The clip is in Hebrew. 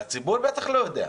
הציבור בטח לא יודע,